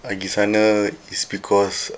I pergi sana is because